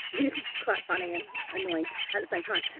this is quite funny and annoying at the same time.